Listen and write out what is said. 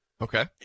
Okay